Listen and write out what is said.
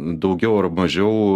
daugiau ar mažiau